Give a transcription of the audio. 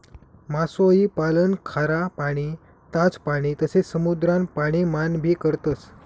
मासोई पालन खारा पाणी, ताज पाणी तसे समुद्रान पाणी मान भी करतस